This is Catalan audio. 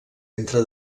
entre